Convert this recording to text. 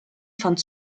fand